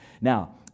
now